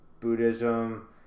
Buddhism